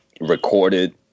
recorded